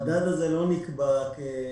המדד הזה לא נקבע כמי